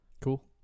Cool